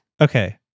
Okay